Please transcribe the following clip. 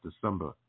December